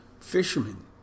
fishermen